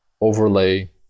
overlay